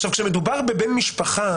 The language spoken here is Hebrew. עכשיו, כשמדובר בבן משפחה